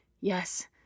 yes